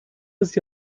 ist